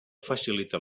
faciliten